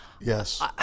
Yes